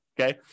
Okay